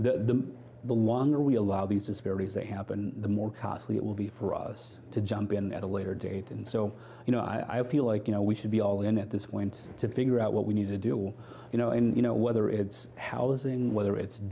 the the longer we allow these disparities they happen the more costly it will be for us to jump in at a later date and so you know i feel like you know we should be all in at this point to figure out what we need to do you know and you know whether it's housing whether it's